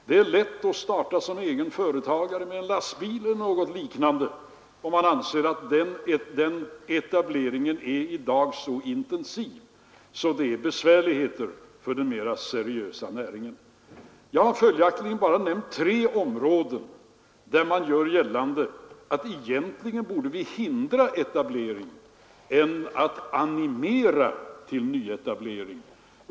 Det är lätt att starta som egen företagare med en lastbil eller något liknande, och man anser att den etableringen i dag är så intensiv att det blir besvärligheter för den mera seriösa näringen. Jag har bara nämnt tre områden där man gör gällande att vi egentligen hellre borde hindra etablering än animera till nyetablering.